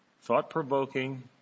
thought-provoking